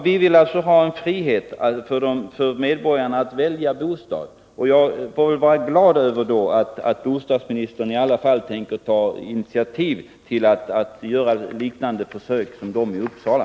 Vi vill alltså ha en frihet för medborgarna att välja bostad, och jag får väl vara glad över att bostadsministern i alla fall tänker ta initiativ till att göra liknande försök som de i Uppsala.